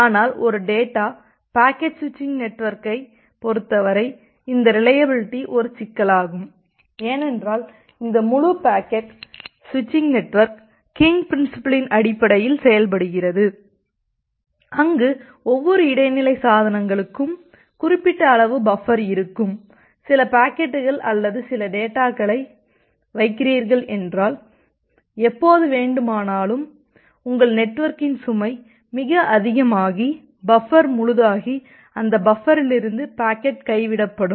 ஆனால் ஒரு data packet switching நெட்வொர்க்கைப் பொறுத்தவரை இந்த ரிலையபிலிட்டி ஒரு சிக்கலாகும் ஏனென்றால் இந்த முழு பாக்கெட் ஸ்விச்சிங் நெட்வொர்க் கிங் பிரின்ஸிபலின் அடிப்படையில் செயல்படுகிறது அங்கு ஒவ்வொரு இடைநிலை சாதனங்களுக்கும் குறிப்பிட்ட அளவு பஃபர் இருக்கும் சில பாக்கெட்டுகள் அல்லது சில டேட்டாகளை வைக்கிறீர்கள் என்றால் எப்போது வேண்டுமானாலும் உங்கள் நெட்வொர்க்கின் சுமை மிக அதிகமாகி பஃபர் முழுதாகி அந்த பஃபரிலிருந்து பாக்கெட் கைவிடப்படும்